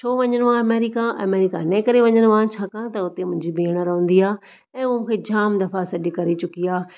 छो वञणो आ अमेरिका अमेरिका इन्हे करे वञणो आ छाकाणि त हुते मुंहिंजी भेण रहंदी आहे हू मूंखे जाम दफ़ा सॾु करे चुकी आहे